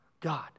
God